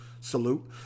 Salute